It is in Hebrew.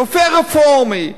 רופא רפורמי,